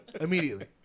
immediately